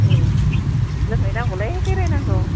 ए लोंहैनांगौलै बेरायनांगौ